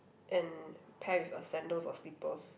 and pair with a sandals or slippers